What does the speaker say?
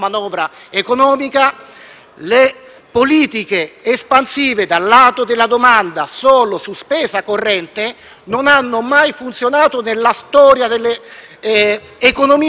politiche espansive dal lato della domanda solo su spesa corrente non hanno mai funzionato nella storia delle economie occidentali; quindi, questa sarebbe stata la prima